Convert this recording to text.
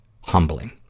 humbling